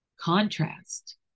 contrast